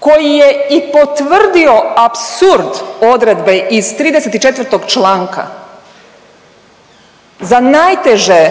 koji je i potvrdio apsurd odredbe iz 34. članka za najteže